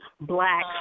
black